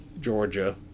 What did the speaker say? georgia